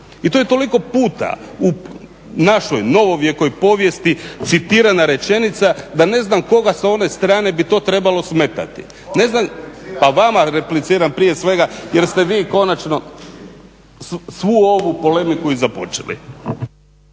i to je toliko puta u našoj novovjekoj povijesti citirana rečenica da ne znam koga s one strane bi to trebalo smetati. Ne znam… … /Upadica se ne razumije./ … Pa vama repliciram prije svega jer ste vi konačno svu ovu polemiku i započeli.